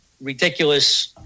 ridiculous